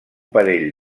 parell